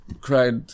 cried